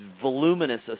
voluminous